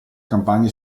campagne